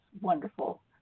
wonderful